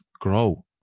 grow